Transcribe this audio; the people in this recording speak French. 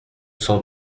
cent